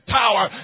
power